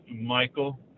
Michael